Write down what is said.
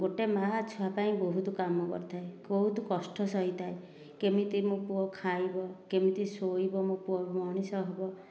ଗୋଟିଏ ମା' ଛୁଆ ପାଇଁ ବହୁତ କାମ କରିଥାଏ ବହୁତ କଷ୍ଟ ସହିଥାଏ କେମିତି ମୋ ପୁଅ ଖାଇବ କେମିତି ଶୋଇବ ମୋ ପୁଅ ମଣିଷ ହେବ